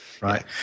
right